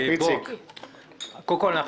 קודם כל,